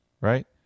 right